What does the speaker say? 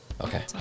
Okay